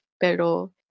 Pero